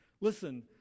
Listen